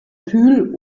kühl